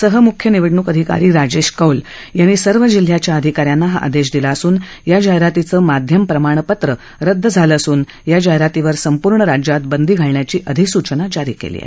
सहमुख्य निवडणूक अधिकारी राजेश कौल यांनी सर्व जिल्ह्याच्या अधिकाऱ्यांना हा आदेश दिला असून या जाहिरातीचं माध्यम प्रमाणपत्र रद्द झालं असून या जाहिरातीवर संपूर्ण राज्यात बंदी घालण्याची अधिसूवना जारी केली आहे